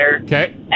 okay